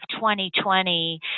2020